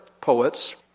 poets